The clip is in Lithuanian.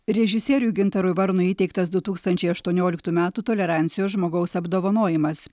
režisieriui gintarui varnui įteiktas du tūkstančiai ašuonioliktų metų tolerancijos žmogaus apdovanojimas